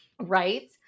right